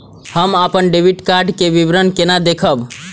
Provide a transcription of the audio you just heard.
हम अपन debit card के विवरण केना देखब?